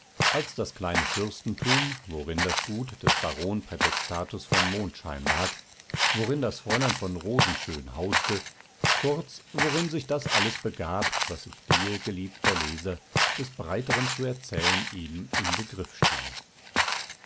als das kleine fürstentum worin das gut des baron prätextatus von mondschein lag worin das fräulein von rosenschön hauste kurz worin sich das alles begab was ich dir geliebter leser des breiteren zu erzählen eben im begriff stehe